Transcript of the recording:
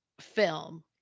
film